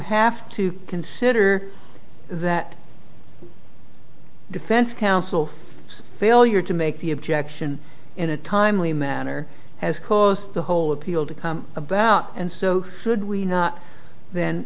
have to consider that defense counsel failure to make the objection in a timely manner has caused the whole appeal to come about and so should we not th